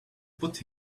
put